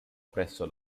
presso